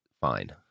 fine